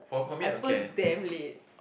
I post damn late